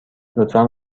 لطفا